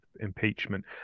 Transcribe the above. impeachment